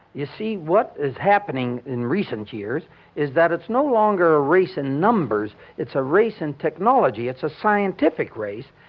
you see, what is happening in recent years is that it's no longer a race in numbers, it's a race in technology, it's a scientific race.